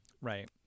right